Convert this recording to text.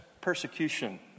persecution